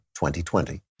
2020